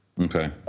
Okay